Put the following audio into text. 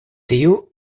tiu